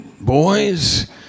boys